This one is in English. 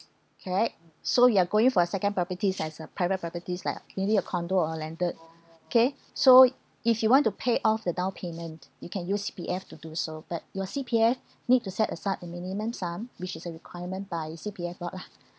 correct so you are going for a second properties as a private properties like you need a condo or landed okay so if you want to pay off the down payment you can use C_P_F to do so but your C_P_F need to set aside a minimum sum which is a requirement by C_P_F board lah